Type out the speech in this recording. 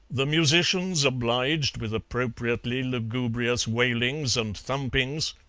the musicians obliged with appropriately lugubrious wailings and thumpings,